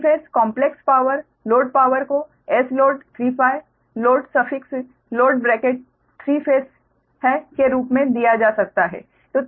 3 phase complex power load power को Sload3Φ load suffix load bracket 3 phase है के रूप में दिया जा सकता है